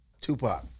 Tupac